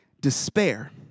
despair